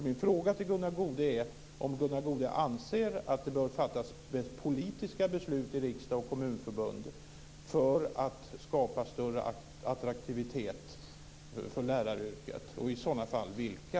Min fråga till Gunnar Goude är om han anser att det bör fattas politiska beslut i riksdagen och kommunförbund för att skapa större attraktivitet för läraryrket och i sådana fall vilka.